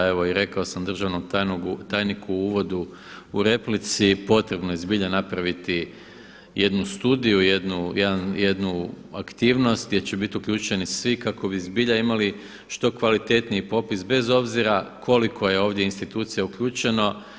Evo i rekao sam i državnom tajniku u uvodu u replici potrebno je zbilja napraviti jednu studiju, jednu aktivnost gdje će bit uključeni svi kako bi zbilja imali što kvalitetniji popis bez obzira koliko je ovdje institucija uključeno.